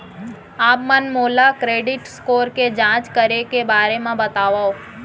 आप मन मोला क्रेडिट स्कोर के जाँच करे के बारे म बतावव?